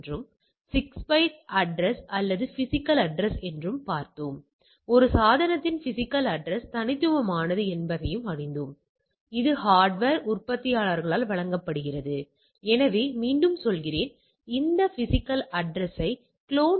குறிப்பாக மருத்துவ பரிசோதனைகளில் இது மிகவும் பயனுள்ளதாக இருக்கும் நீங்கள் HPLCகளில் நிறைய மாதிரிகளை இயக்குகிறீர்கள் மற்றும் சில HPLCகள் மிகவும் துல்லியமான முடிவைக் கொடுக்கக்கூடும்